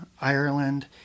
Ireland